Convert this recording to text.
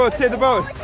ah save the boat,